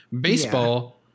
Baseball